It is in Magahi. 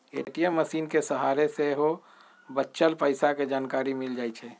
ए.टी.एम मशीनके सहारे सेहो बच्चल पइसा के जानकारी मिल जाइ छइ